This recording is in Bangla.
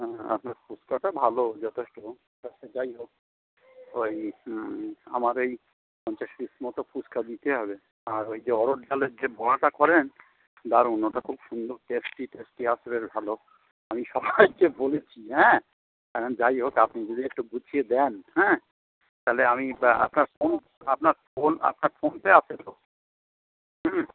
হ্যাঁ আপনার ফুচকাটা ভালো যথেষ্ট আচ্ছা যাই হোক ওই আমার এই পঞ্চাশ পিস মতো ফুচকা দিতে হবে আর ওই যে অরহর ডালের যে বড়াটা করেন দারুণ ওটা খুব সুন্দর টেস্টি টেস্টি আসলেই ভালো আমি সব্বাইকে বলেছি হ্যাঁ কেন যাই হোক আপনি যদি একটু গুছিয়ে দেন হ্যাঁ তালে আমি আপনার ফোন আপনার ফোন আপনার ফোন আপনার ফোনপে আছে তো হুম